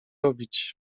robić